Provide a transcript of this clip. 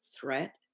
threat